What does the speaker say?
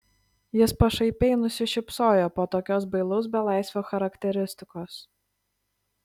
jis pašaipiai nusišypsojo po tokios bailaus belaisvio charakteristikos